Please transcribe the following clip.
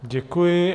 Děkuji.